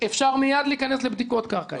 אפשר מיד להיכנס לבדיקות קרקע,